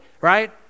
Right